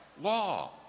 law